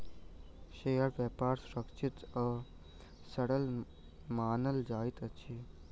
शेयरक व्यापार सुरक्षित आ सरल मानल जाइत अछि